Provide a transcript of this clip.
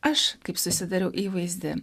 aš kaip susidariau įvaizdį